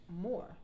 more